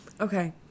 Okay